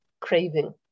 craving